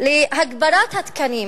להגדלת התקנים,